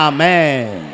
Amen